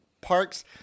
parks